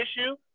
issue